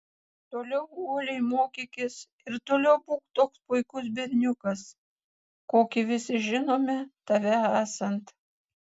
toliau uoliai mokykis ir toliau būk toks puikus berniukas kokį visi žinome tave esant